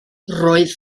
roedd